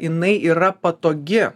jinai yra patogi